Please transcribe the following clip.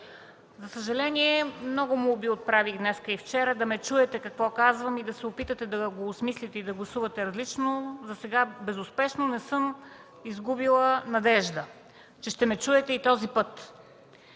За съжаление, вчера и днес отправих много молби да ме чуете какво казвам и да се опитате да го осмислите и да гласувате различно. Засега безуспешно, но не съм изгубила надежда, че ще ме чуете и този път.